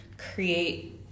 Create